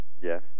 Yes